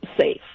safe